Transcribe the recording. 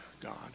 God